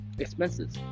expenses